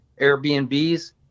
Airbnbs